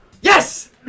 Yes